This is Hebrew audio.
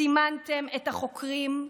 סימנתם את החוקרים,